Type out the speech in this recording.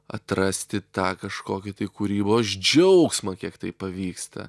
atrasti tą kažkokį tai kūrybos džiaugsmą kiek tai pavyksta